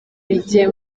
rye